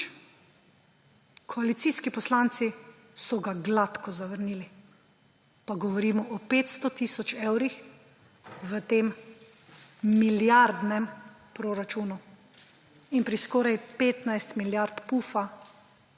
Koalicijskih poslanci so ga gladko zavrnili. Pa govorimo o 500 tisoč evrov v tem milijardnem proračunu in pri skoraj 15 milijard pufa,